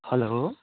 hello